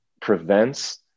prevents